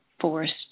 forced